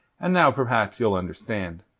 and now perhaps ye'll understand.